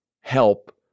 help